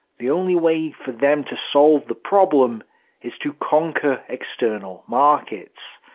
the only way for them to solve the problem is to conquer external markets.